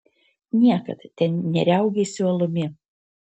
niekad ten neriaugėsiu alumi